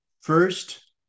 first